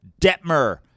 Detmer